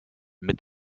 mit